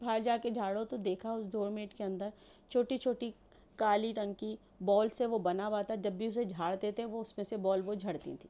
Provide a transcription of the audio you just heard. باہر جا کے جھاڑا تو دیکھا اس ڈور میٹ کے اندر چھوٹی چھوٹی کالی رنگ کی بال سے وہ بنا ہوا تھا جب بھی اسے جھاڑتے تھے وہ اس میں سے بال وہ جھڑتی تھیں